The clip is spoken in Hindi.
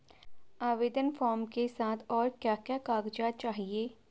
आवेदन फार्म के साथ और क्या क्या कागज़ात चाहिए?